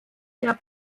der